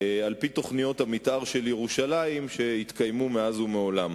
על-פי תוכניות המיתאר של ירושלים שהתקיימו מאז ומעולם.